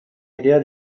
idea